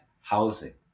housing